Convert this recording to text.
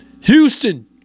Houston